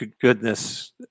goodness